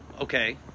Okay